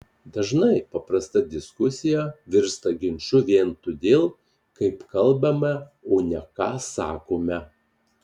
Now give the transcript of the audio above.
dažnai paprasta diskusija virsta ginču vien todėl kaip kalbame o ne ką sakome